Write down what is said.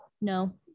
No